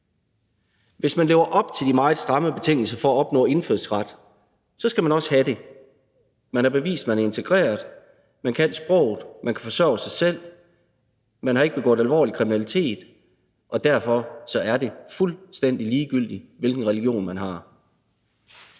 Hvis man lever op til de meget stramme betingelser for at opnå indfødsret, skal man også have det. Man har bevist, at man er integreret, man kan sproget, man kan forsørge sig selv, man har ikke begået alvorlig kriminalitet. Derfor er det fuldstændig ligegyldigt, hvilken religion man har.